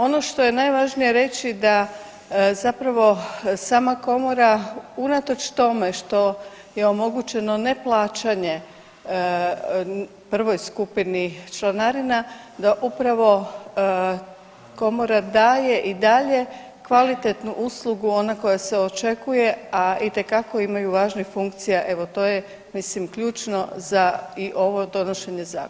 Ono što je najvažnije reći da zapravo sama Komora, unatoč tome što je omogućeno neplaćanje prvoj skupini članarina, da upravo Komora daje i dalje kvalitetnu uslugu, ona koja se očekuje, a itekako imaju važnih funkcija, evo, to je, mislim, ključno za i ovo donošenje zakona.